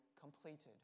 completed